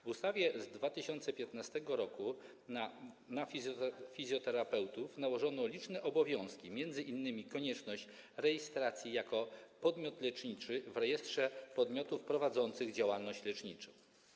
W ustawie z 2015 r. na fizjoterapeutów nałożono liczne obowiązki, m.in. konieczność rejestracji jako podmiot leczniczy w rejestrze podmiotów prowadzących działalność leczniczą.